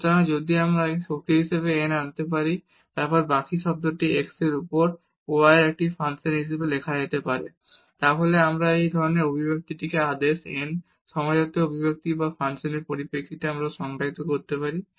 সুতরাং যদি আমরা এই x শক্তি n আনতে পারি এবং তারপর বাকী শব্দটি x এর উপর y এর একটি ফাংশন হিসাবে লেখা যেতে পারে তাহলে আমরা এই ধরনের অভিব্যক্তিটিকে আদেশ n এর একটি সমজাতীয় অভিব্যক্তি বা ফাংশনের পরিপ্রেক্ষিতে আমরা সংজ্ঞায়িত করতে পারি